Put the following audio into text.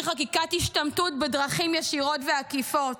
חקיקת השתמטות בדרכים ישירות ועקיפות,